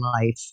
life